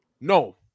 No